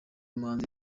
muhanzi